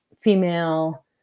female